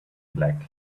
black